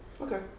okay